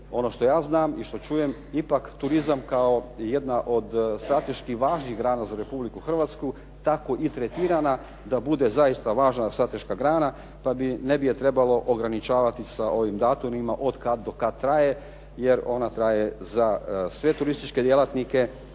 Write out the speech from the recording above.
ono što ja znam i što čujem ipak turizam kao jedna od strateških važnih grana za Republiku Hrvatsku tako i tretirana da bude zaista važna strateška grana, pa ne bi je trebalo ograničavati sa ovim datumima od kada do kada traje, jer ona traje za sve turističke djelatnike